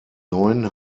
neuen